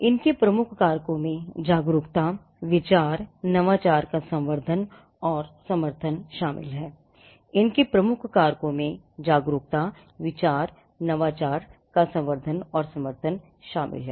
इनके प्रमुख कारकों में जागरूकता विचार और नवाचार का संवर्धन और समर्थन शामिल है